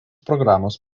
programos